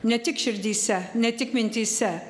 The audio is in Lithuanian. ne tik širdyse ne tik mintyse